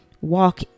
walk